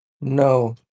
No